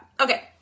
Okay